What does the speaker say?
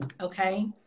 okay